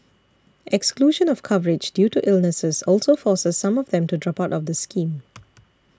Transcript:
exclusion of coverage due to illnesses also forces some of them to drop out of the scheme